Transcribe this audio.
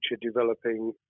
developing